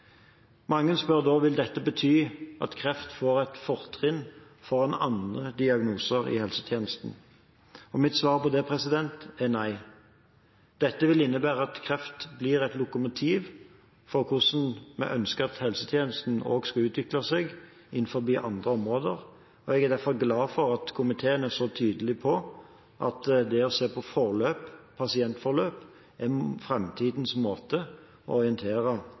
Mange spør da om dette vil bety at kreft får et fortrinn foran andre diagnoser i helsetjenesten. Mitt svar på det er nei. Dette vil innebære at kreft blir et lokomotiv for hvordan vi ønsker at helsetjenesten skal utvikle seg innenfor andre områder. Jeg er derfor glad for at komiteen er så tydelig på at det å se på pasientforløp er framtidens måte å